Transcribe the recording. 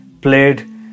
played